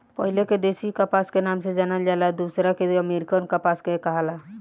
पहिले के देशी कपास के नाम से जानल जाला आ दुसरका के अमेरिकन कपास के कहाला